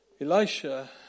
Elisha